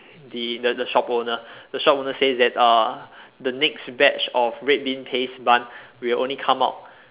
the the the shop owner the shop owner says that uh the next batch of red bean paste bun will only come out